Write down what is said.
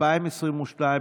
התשפ"ב 2022,